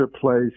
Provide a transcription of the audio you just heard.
place